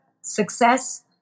success